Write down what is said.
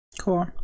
Cool